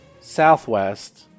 southwest